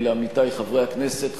לעמיתי חברי הכנסת,